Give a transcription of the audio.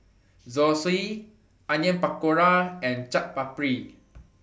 Zosui Onion Pakora and Chaat Papri